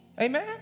Amen